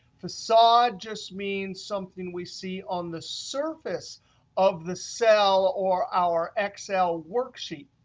facade just means something we see on the surface of the cell, or our excel worksheet.